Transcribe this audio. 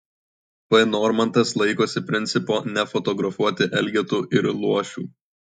p normantas laikosi principo nefotografuoti elgetų ir luošių